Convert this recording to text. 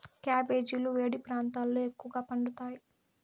క్యాబెజీలు వేడి ప్రాంతాలలో ఎక్కువగా పండుతాయి